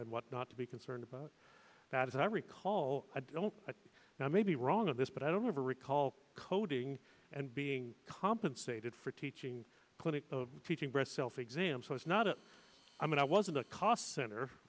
and what not to be concerned about that as i recall i don't know i may be wrong on this but i don't ever recall coding and being compensated for teaching clinic teaching breast self exams so it's not a i mean i wasn't a cost center